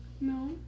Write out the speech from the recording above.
No